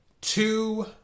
two